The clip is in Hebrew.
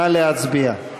נא להצביע.